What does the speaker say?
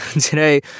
Today